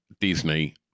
Disney